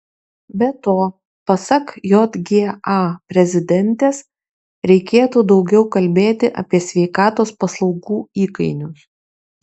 be to pasak jga prezidentės reikėtų daugiau kalbėti apie sveikatos paslaugų įkainius